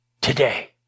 Today